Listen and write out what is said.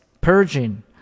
purging